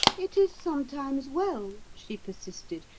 it is sometimes well she persisted,